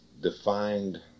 defined